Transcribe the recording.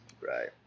right